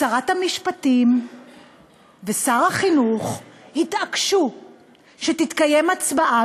שרת המשפטים ושר החינוך התעקשו שתתקיים הצבעה,